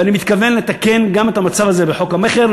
ואני מתכוון לתקן גם את המצב הזה בחוק המכר,